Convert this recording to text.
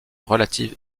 relative